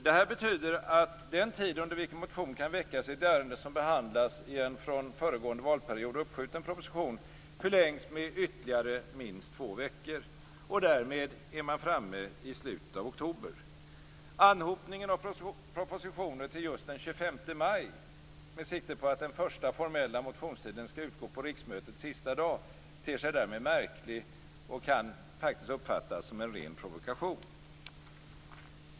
Detta betyder att den tid under vilken motion kan väckas i ett ärende som behandlas i en från föregående valperiod uppskjuten proposition förlängs med ytterligare minst två veckor. Därmed är man framme i slutet av oktober. Anhopningen av propositioner till just den 25 maj med sikte på att den första formella motionstiden skall utgå på riksmötets sista dag ter sig därmed märklig och kan faktiskt uppfattas som en ren provokation.